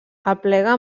aplega